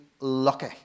lucky